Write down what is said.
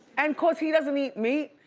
and, cause he doesn't eat meat,